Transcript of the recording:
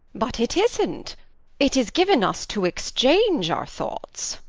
but it isn't it is given us to exchange our thoughts,